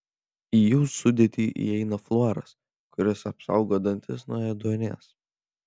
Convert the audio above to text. į jų sudėtį įeina fluoras kuris apsaugo dantis nuo ėduonies